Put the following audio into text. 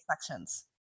sections